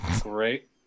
Great